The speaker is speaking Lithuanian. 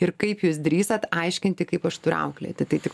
ir kaip jūs drįstat aiškinti kaip aš turiu auklėti tai tik